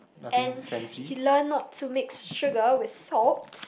and you learn not to mix sugar with salt